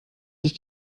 sich